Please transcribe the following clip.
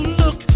look